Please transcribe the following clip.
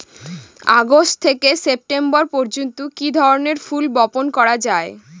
August থেকে September পর্যন্ত কি ধরনের ফুল বপন করা যায়?